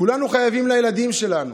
כולנו חייבים לילדים שלנו,